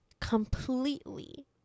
completely